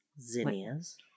zinnias